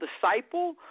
disciple